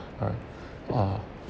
alright uh